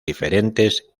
diferentes